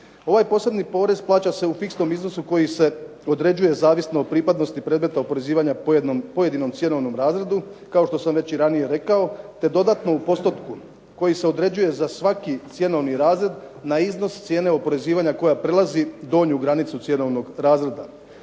Ovaj posebni porez plaća se u fiksnom iznosu koji se određuje zavisno o pripadnosti predmetnog oporezivanja po pojedinom cjenovnom razredu kao što sam već i ranije rekao, te dodatno u postotku koji se određuje za svaki cjenovni razred na iznos cijene oporezivanja koja prelazi donju granicu cjenovnog razreda.